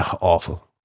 awful